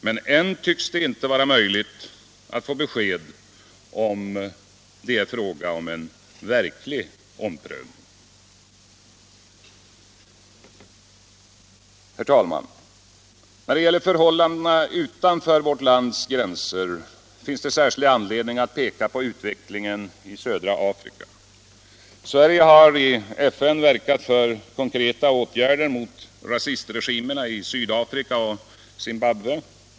Men än tycks det inte vara möjligt Allmänpolitisk debatt Allmänpolitisk debatt att få besked om det är fråga om en verklig omprövning. Herr talman! När det gäller förhållandena utanför vårt lands gränser finns det särskild anledning att peka på utvecklingen i södra Afrika. Sverige har i FN verkat för konkreta åtgärder mot rasistregimerna i Sydafrika och Rhodesia.